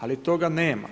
Ali toga nema.